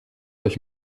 euch